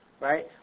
right